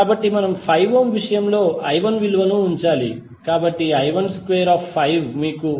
కాబట్టి మనము 5 ఓం విషయంలో I1 విలువను ఉంచాలి కాబట్టి I12 మీకు 579